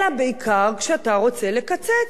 אלא בעיקר כשאתה רוצה לקצץ,